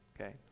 okay